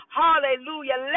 hallelujah